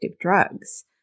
drugs